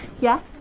Yes